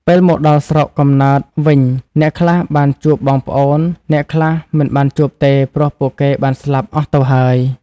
ពេលមកដល់ស្រុកកំណើតវិញអ្នកខ្លះបានជួបបងប្អូន អ្នកខ្លះមិនបានជួបទេព្រោះពួកគេបានស្លាប់អស់ទៅហើយ។